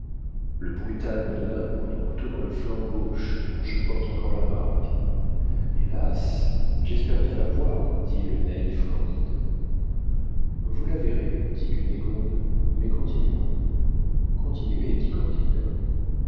le brutal me donna un coup de couteau dans le flanc gauche dont je porte encore la marque hélas j'espère bien la voir dit le naïf candide vous la verrez dit cunégonde mais continuons continuez dit candide